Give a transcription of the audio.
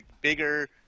bigger